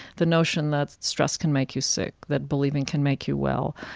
the notion that stress can make you sick, that believing can make you well,